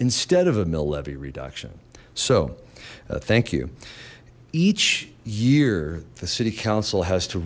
instead of a mill levy reduction so thank you each year the city council has to